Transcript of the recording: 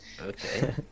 Okay